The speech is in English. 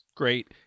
Great